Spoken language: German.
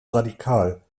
radikal